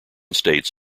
states